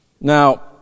Now